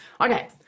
Okay